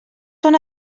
són